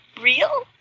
real